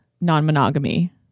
non-monogamy